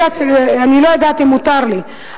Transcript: אני לא יודעת אם מותר לי,